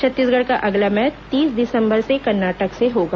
छत्तीसगढ़ का अगला मैच तीस दिसंबर से कर्नाटक से होगा